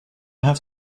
have